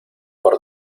por